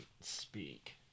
speak